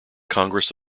congress